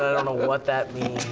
ah don't know what that means.